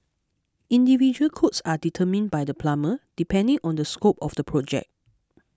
individual quotes are determined by the plumber depending on the scope of the project